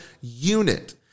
unit